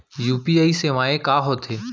UPI सेवाएं का होथे?